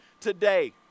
today